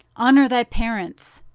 honor thy parents.